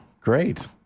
great